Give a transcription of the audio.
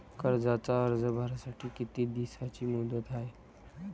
कर्जाचा अर्ज भरासाठी किती दिसाची मुदत हाय?